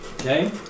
Okay